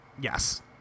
yes